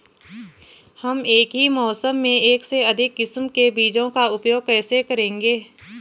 हम एक ही मौसम में एक से अधिक किस्म के बीजों का उपयोग कैसे करेंगे?